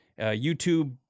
YouTube